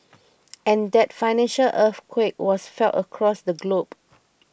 and that financial earthquake was felt across the globe